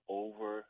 over